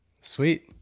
Sweet